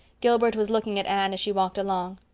gilbert was looking at anne, as she walked along.